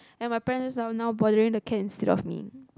and my friend just now now bothering the cat instead of me